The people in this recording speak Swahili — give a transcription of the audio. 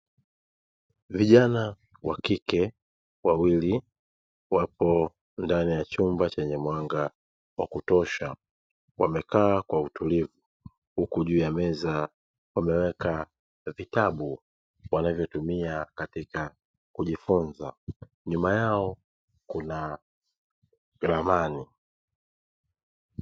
Vijana wa kike wa wili wapo ndani ya chumba chenye mwanga wa kutosha wamekaa kwa utulivu, huku juu ya meza wameweka vitabu wanavyotumia katika kujifunza; nyuma yao kuna ramani.